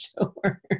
Sure